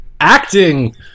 acting